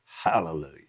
Hallelujah